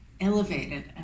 elevated